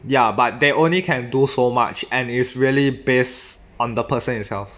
ya but they only can do so much and it's really based on the person itself